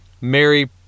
Mary